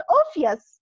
obvious